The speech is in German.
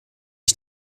ich